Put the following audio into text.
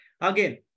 Again